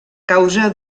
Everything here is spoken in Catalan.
causa